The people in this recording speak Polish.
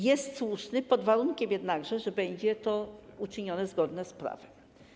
Jest słuszny pod warunkiem jednakże, że będzie to uczynione zgodnie z prawem.